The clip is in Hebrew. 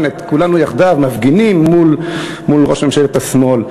את כולנו יחדיו מפגינים מול ראש ממשלת השמאל.